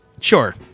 Sure